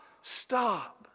stop